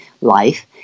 life